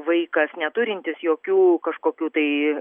vaikas neturintis jokių kažkokių tai